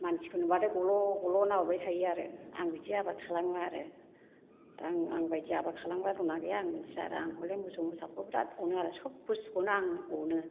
मानसिखौ नुबाथाय गल' गल' नाहरबाय थाखायो आरो आं बिदि आबार खालामो आरो दा आं आंबायदि आबार खालामग्रा दंना गैया आं मिथिया आरो आं हयले मोसौ मोसाखौ बिराथ अनो आरो सब बुस्थुखौनो आं अनो